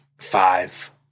five